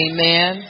Amen